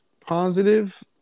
positive